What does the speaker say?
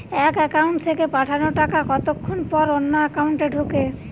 এক একাউন্ট থেকে পাঠানো টাকা কতক্ষন পর অন্য একাউন্টে ঢোকে?